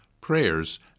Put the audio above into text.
prayers